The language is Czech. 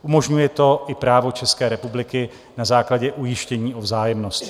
Umožňuje to i právo České republiky na základě ujištění o vzájemnosti.